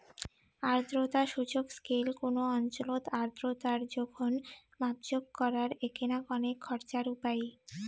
আর্দ্রতা সূচক স্কেল কুনো অঞ্চলত আর্দ্রতার জোখন মাপজোক করার এ্যাকনা কণেক খরচার উপাই